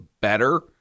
better